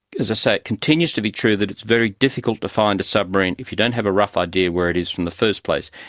say, it continues to be true that it's very difficult to find a submarine if you don't have a rough idea where it is in the first place.